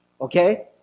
Okay